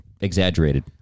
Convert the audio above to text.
exaggerated